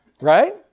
Right